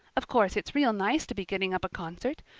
of course it's real nice to be getting up a concert.